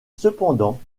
cependant